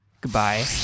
Goodbye